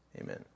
Amen